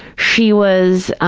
she was a,